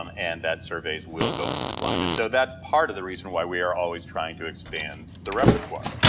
um and that surveys will go into decline. and so so that's part of the reason why we are always trying to expand the repertoire.